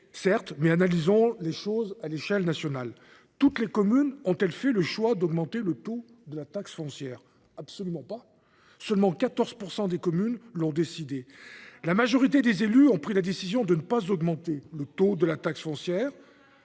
d’encre. Mais analysons les choses à l’échelle nationale. Toutes les communes ont-elles fait le choix d’augmenter le taux de la taxe foncière ? Absolument pas ! Il faut le dire à Macron ! Seulement 14 % des communes font un tel choix. La majorité des élus ont pris la décision de ne pas augmenter le taux de la taxe foncière.